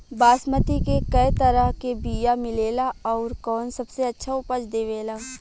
बासमती के कै तरह के बीया मिलेला आउर कौन सबसे अच्छा उपज देवेला?